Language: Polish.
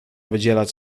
wydzielać